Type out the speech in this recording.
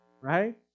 right